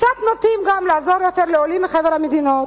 קצת נוטים לעזור יותר לעולים מחבר המדינות.